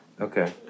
Okay